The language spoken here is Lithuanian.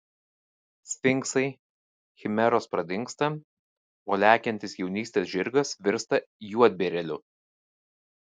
sfinksai chimeros pradingsta o lekiantis jaunystės žirgas virsta juodbėrėliu